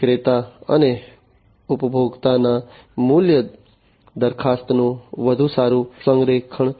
વિક્રેતા અને ઉપભોક્તાના મૂલ્ય દરખાસ્તનું વધુ સારું સંરેખણ